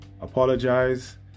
apologize